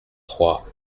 trois